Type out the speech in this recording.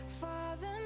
father